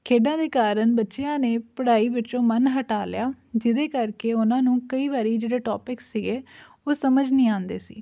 ਖੇਡਾਂ ਦੇ ਕਾਰਨ ਬੱਚਿਆਂ ਨੇ ਪੜ੍ਹਾਈ ਵਿੱਚੋਂ ਮਨ ਹਟਾ ਲਿਆ ਜਿਹਦੇ ਕਰਕੇ ਉਹਨਾਂ ਨੂੰ ਕਈ ਵਾਰੀ ਜਿਹੜੇ ਟੋਪਿਕਸ ਸੀਗੇ ਉਹ ਸਮਝ ਨਹੀਂ ਆਉਂਦੇ ਸੀ